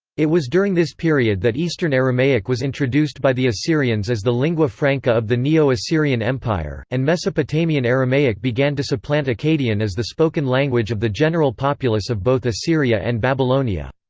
it was during this period that eastern aramaic was introduced by the assyrians as the lingua franca of the neo-assyrian empire, and mesopotamian aramaic began to supplant akkadian as the spoken language of the general populace of both assyria and babylonia.